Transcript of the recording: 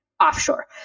offshore